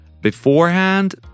beforehand